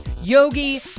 yogi